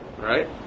Right